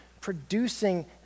producing